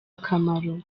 akamaro